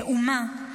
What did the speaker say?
כאומה,